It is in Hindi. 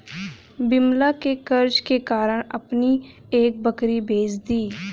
विमला ने कर्ज के कारण अपनी एक बकरी बेच दी